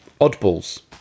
Oddballs